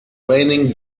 raining